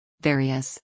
Various